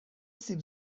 سیب